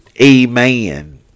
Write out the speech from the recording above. Amen